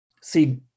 See